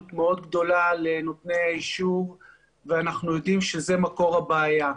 מאוד גדולה לנותני האישור ואנחנו יודעים שזה מקור הבעיה.